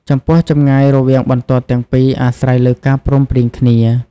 ចំពោះ ចម្ងាយរវាងបន្ទាត់ទាំងពីរអាស្រ័យលើការព្រមព្រៀងគ្នា ។